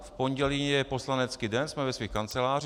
V pondělí je poslanecký den, jsme ve svých kancelářích.